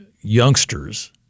youngsters